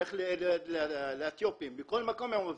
לך לאתיופים, בכל מקום הם עובדים.